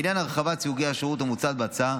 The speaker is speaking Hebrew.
לעניין הרחבת סוגי השירותים המוצעת בהצעה,